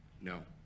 no